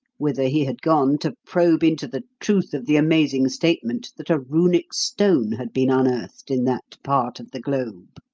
whither he had gone to probe into the truth of the amazing statement that a runic stone had been unearthed in that part of the globe.